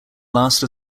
last